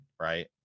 right